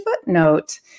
footnote